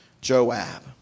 Joab